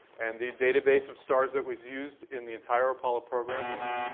and the database of stars that was used in the entire apollo program was,